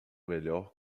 melhor